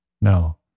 No